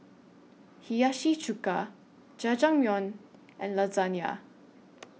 Hiyashi Chuka Jajangmyeon and Lasagne